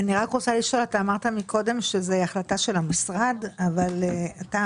אמרת קודם שזה החלטה של המשרד אבל ידידיה